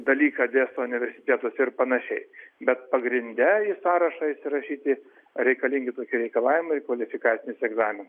dalyką dėsto universitetuose ir panašiai bet pagrinde į sąrašą įsirašyti reikalingi tokie reikalavimai kvalifikacinis egzaminas